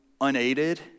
unaided